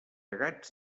gats